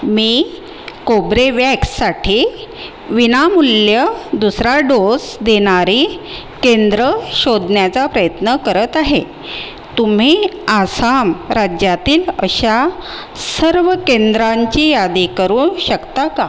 मी कोब्रेवॅक्ससाठी विनामूल्य दुसरा डोस देणारी केंद्र शोधण्याचा प्रयत्न करत आहे तुम्ही आसाम राज्यातील अशा सर्व केंद्रांची यादी करू शकता का